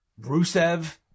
Rusev